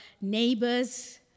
neighbors